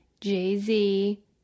Jay-Z